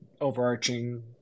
overarching